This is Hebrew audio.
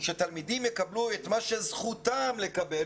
שתלמידים יקבלו את מה שזכותם לקבל?